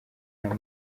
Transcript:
nta